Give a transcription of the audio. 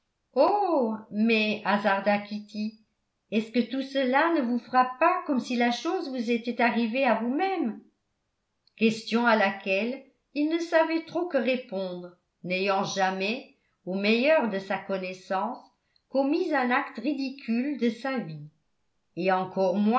oh mais hasarda kitty est-ce que tout cela ne vous frappe pas comme si la chose vous était arrivée à vous-même question à laquelle il ne savait trop que répondre n'ayant jamais au meilleur de sa connaissance commis un acte ridicule de sa vie et encore